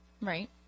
Right